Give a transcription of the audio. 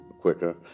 quicker